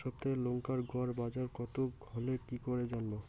সপ্তাহে লংকার গড় বাজার কতো হলো কীকরে জানবো?